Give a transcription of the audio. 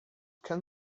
can